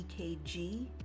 EKG